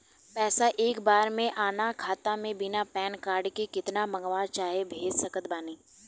पैसा एक बार मे आना खाता मे बिना पैन कार्ड के केतना मँगवा चाहे भेज सकत बानी?